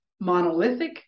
monolithic